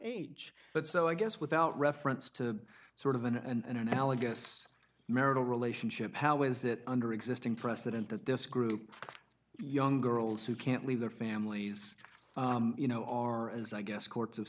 age but so i guess without reference to sort of an analogous marital relationship how is it under existing precedent that this group of young girls who can't leave their families you know are as i guess courts of